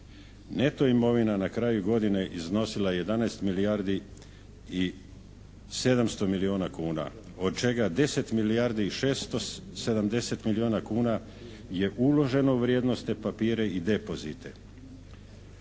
Neto imovina na kraju godine iznosila je 11 milijardi i 700 milijuna kuna od čega 10 milijardi i 670 milijuna kuna je uloženo u vrijednosne papire i depozite.